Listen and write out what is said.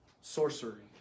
sorcery